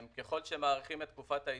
ככל שמאריכים את תקופת ההתיישנות,